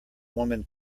woman